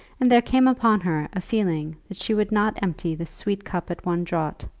and there came upon her a feeling that she would not empty this sweet cup at one draught,